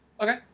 Okay